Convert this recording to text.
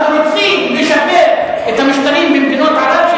אנחנו רוצים לשפר את המשטרים במדינות ערב,